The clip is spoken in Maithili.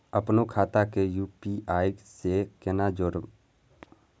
अपनो खाता के यू.पी.आई से केना जोरम?